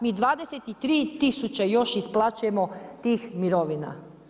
Mi 23000 još isplaćujemo tih mirovina.